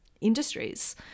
industries